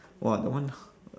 !wah! the one